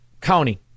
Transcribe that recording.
county